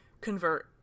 convert